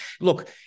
Look